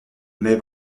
mais